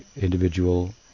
individual